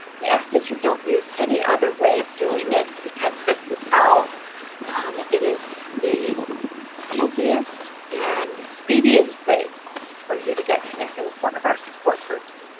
we ask that you don't use any other way of doing it because this is how it is easiest and speediest way for you to get connected with one of our support groups.